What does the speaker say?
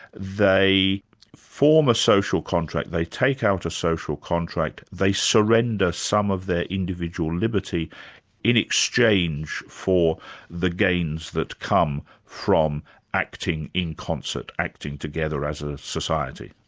they form a social contract, they take out a social contract, they surrender some of their individual liberty in exchange for the gains that come from acting in concert, acting together as a society.